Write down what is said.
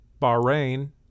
Bahrain